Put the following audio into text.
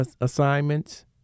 assignments